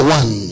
one